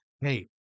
hey